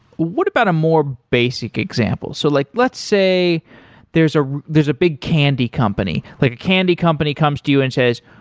what about a more basic example? so like let's say there's ah there's a big candy company, like a candy company comes to you and says,